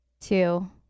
Two